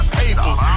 papers